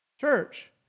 church